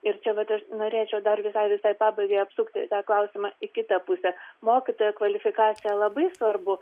ir čia vat aš norėčiau dar visai visai pabaigai atsukti tą klausimas į kitą pusę mokytojo kvalifikacija labai svarbu